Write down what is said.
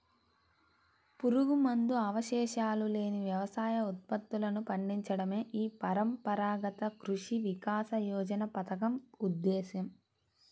పురుగుమందు అవశేషాలు లేని వ్యవసాయ ఉత్పత్తులను పండించడమే ఈ పరంపరాగత కృషి వికాస యోజన పథకం ఉద్దేశ్యం